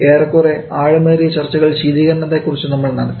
ഏറെക്കുറെ ആഴമേറിയ ചർച്ചകൾ ശീതികരണത്തെക്കുറിച്ച് നമ്മൾ നടത്തി